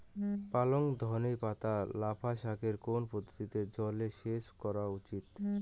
পালং ধনে পাতা লাফা শাকে কোন পদ্ধতিতে জল সেচ করা উচিৎ?